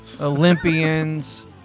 Olympians